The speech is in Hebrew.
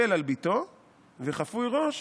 אבל על בתו וחפוי ראש